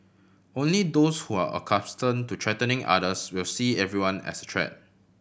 only those who are accustom to threatening others will see everyone as threat